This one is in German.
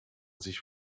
sich